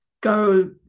go